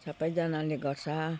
सबैजनाले गर्छ